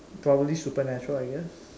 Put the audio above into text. probably supernatural I guess